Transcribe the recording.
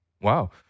wow